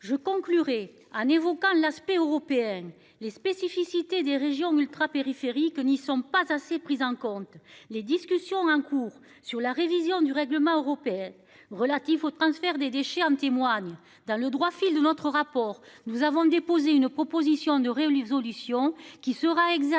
Je conclurai en évoquant l'aspect européenne les spécificités des régions ultrapériphériques n'y sont pas assez prises en compte les discussions en cours sur la révision du règlement européen relatif au transfert des déchets en témoigne dans le droit fil de notre rapport, nous avons déposé une proposition de les auditions qui sera examiné